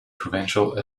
provincial